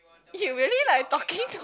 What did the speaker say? you really like talking to